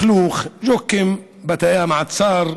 לכלוך, ג'וקים בתאי המעצר,